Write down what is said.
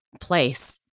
place